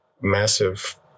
massive